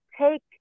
take